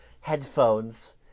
headphones